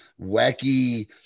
wacky